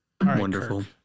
Wonderful